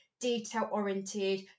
detail-oriented